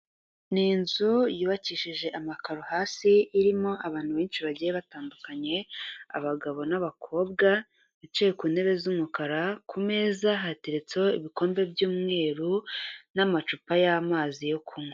Ni inzu yubakishije amakaro hasi irimo abantu benshi bagiye batandukanye, abagabo n'abakobwa bicaye ku ntebe z'umukara, ku meza hateretseho ibikombe by'umweru n'amacupa y'amazi yo kunywa.